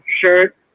shirt